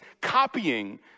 copying